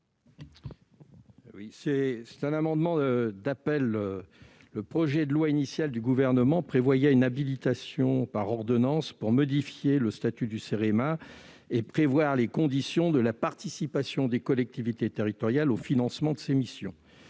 d'un amendement d'appel. Le projet de loi initial habilitait le Gouvernement à légiférer par ordonnance pour modifier le statut du Cerema et prévoir les conditions de la participation des collectivités territoriales au financement de ses missions.